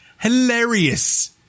Hilarious